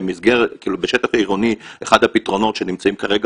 בשטח עירוני אחד הפתרונות שנמצא כרגע